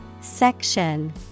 Section